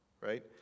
right